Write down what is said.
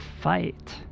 fight